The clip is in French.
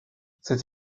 cette